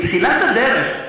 בתחילת הדרך,